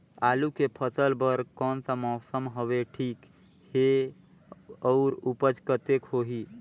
आलू के फसल बर कोन सा मौसम हवे ठीक हे अउर ऊपज कतेक होही?